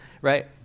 right